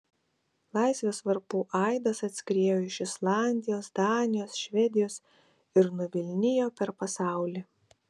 laisvės varpų aidas atskriejo iš islandijos danijos švedijos ir nuvilnijo per pasaulį